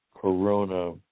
corona